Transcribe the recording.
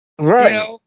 Right